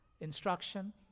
Instruction